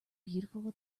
beautiful